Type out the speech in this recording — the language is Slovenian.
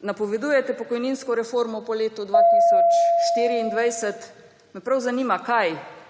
Napovedujete pokojninsko reformo po letu 2024. Me prav zanima, kaj